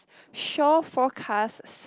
shore forecast sun